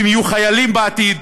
שהם יהיו חיילים בעתיד,